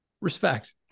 Respect